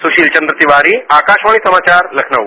सुशील चन्द्र तिवारी आकाशवाणी समाचार लखनऊ